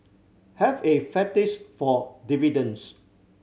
have a fetish for dividends